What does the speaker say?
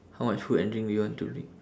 how much food and drink you want to bring